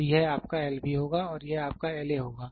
तो यह आपका L B होगा और यह आपका L A होगा